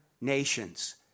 nations